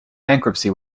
bankruptcy